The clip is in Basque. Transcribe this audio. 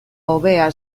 hobea